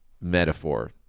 metaphor